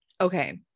Okay